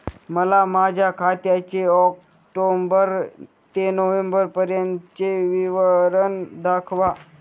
मला माझ्या खात्याचे ऑक्टोबर ते नोव्हेंबर पर्यंतचे विवरण दाखवा